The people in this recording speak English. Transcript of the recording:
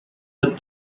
let